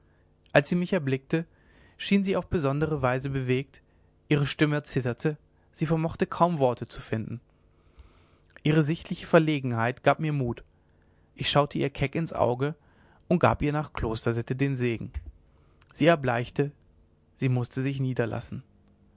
als sie mich erblickte schien sie auf besondere weise bewegt ihre stimme zitterte sie vermochte kaum worte zu finden ihre sichtliche verlegenheit gab mir mut ich schaute ihr keck ins auge und gab ihr nach klostersitte den segen sie erbleichte sie mußte sich niederlassen